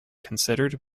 considered